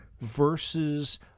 versus